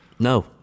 No